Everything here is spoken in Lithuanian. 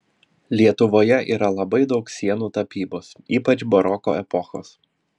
lietuvoje yra labai daug sienų tapybos ypač baroko epochos